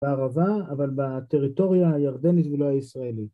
בערבה, אבל ב...טריטוריה הירדנית, ולא הישראלית.